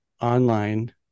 online